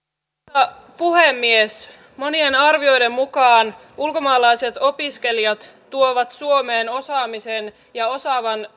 arvoisa puhemies monien arvioiden mukaan ulkomaalaiset opiskelijat tuovat suomeen osaamisen ja osaavan